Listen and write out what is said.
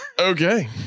Okay